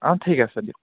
অঁ ঠিক আছে দিয়ক